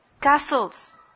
Castles